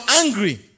angry